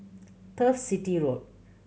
Turf City Road